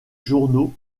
journaux